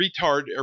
retard